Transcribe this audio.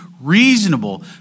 reasonable